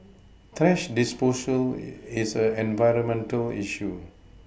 thrash disposal is an environmental issue